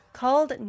called